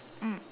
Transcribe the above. mm